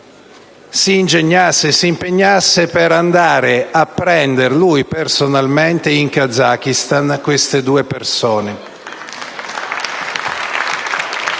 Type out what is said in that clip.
si ingegnasse e si impegnasse per andare a prendere personalmente in Kazakistan queste due persone.